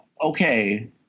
okay